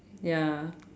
ya